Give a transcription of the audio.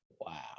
Wow